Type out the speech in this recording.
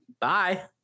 Bye